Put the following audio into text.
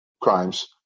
crimes